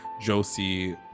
josie